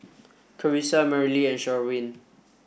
Carisa Merrily and Sherwin